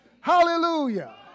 Hallelujah